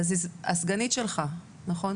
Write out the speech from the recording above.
הסגנית שלך, נכון?